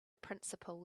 principle